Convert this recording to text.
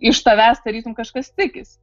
iš tavęs tarytum kažkas tikisi